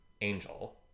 Angel